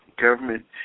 government